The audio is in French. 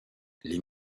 les